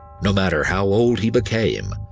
no matter how old he became,